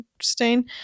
stain